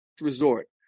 resort